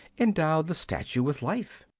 endowed the statue with life.